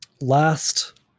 Last